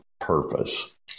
purpose